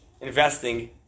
investing